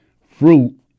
fruit